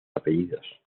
apellidos